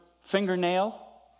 fingernail